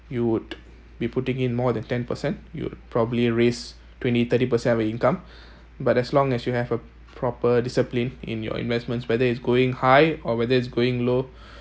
you would be putting in more than ten percent you'd probably raise twenty thirty percent of your income but as long as you have a proper discipline in your investments whether is going high or whether it's going low